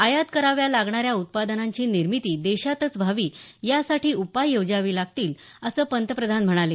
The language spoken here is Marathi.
आयात कराव्या लागणाऱ्या उत्पादनांची निर्मीती देशातच व्हावी यासाठी उपाय योजावे लागतील असं पंतप्रधान म्हणाले